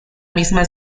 misma